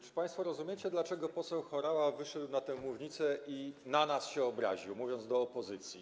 Czy państwo rozumiecie, dlaczego poseł Horała wyszedł na tę mównicę i na nas się obraził, mówiąc do opozycji?